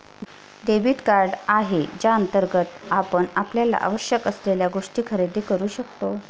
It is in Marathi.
डेबिट कार्ड आहे ज्याअंतर्गत आपण आपल्याला आवश्यक असलेल्या गोष्टी खरेदी करू शकतो